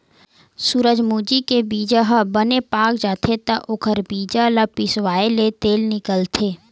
सूरजमूजी के बीजा ह बने पाक जाथे त ओखर बीजा ल पिसवाएले तेल निकलथे